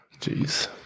jeez